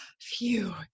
phew